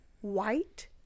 white